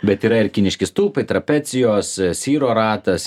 bet yra ir kiniški stulpai trapecijos cyro ratas